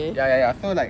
ya ya ya